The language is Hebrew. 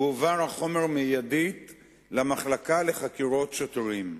הועבר החומר מייד למחלקה לחקירות שוטרים.